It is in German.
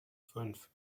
fünf